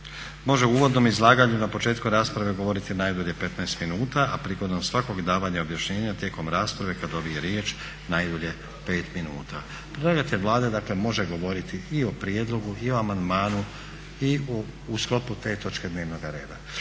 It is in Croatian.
može u uvodnom izlaganju na početku rasprave govoriti najdulje 15 minuta, a prigodom svakog davanja objašnjenja tijekom rasprave kad dobije riječ najdulje 5 minuta." Predlagatelj Vlade dakle može govoriti i o prijedlogu i o amandmanu i u sklopu te točke dnevnoga reda.